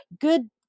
Good